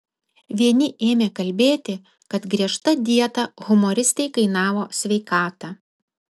vieni ėmė kalbėti kad griežta dieta humoristei kainavo sveikatą